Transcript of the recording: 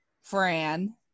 Fran